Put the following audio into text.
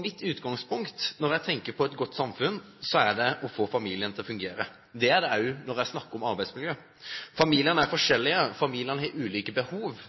Mitt utgangspunkt når jeg tenker på et godt samfunn, er å få familien til å fungere. Det er det også når jeg snakker om arbeidsmiljø. Familiene er forskjellige, familiene har ulike behov,